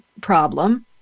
problem